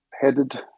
headed